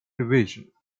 division